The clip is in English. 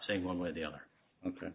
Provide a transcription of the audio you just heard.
saying one way or the other ok